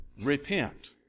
Repent